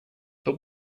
but